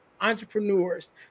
entrepreneurs